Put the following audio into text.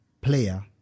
player